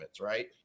Right